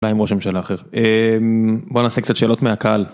אולי עם ראש הממשלה אחר, בוא נעשה קצת שאלות מהקהל.